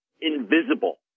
invisible